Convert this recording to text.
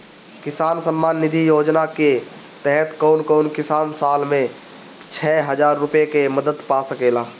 किसान सम्मान निधि योजना के तहत कउन कउन किसान साल में छह हजार रूपया के मदद पा सकेला?